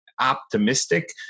optimistic